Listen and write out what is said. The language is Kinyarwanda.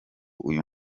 uyu